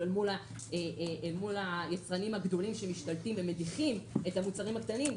מול היצרנים הגדולים שמשתלטים ומדיחים את המוצרים הקטנים,